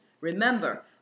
remember